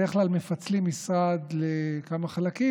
בדרך כלל מפצלים משרד לכמה חלקים,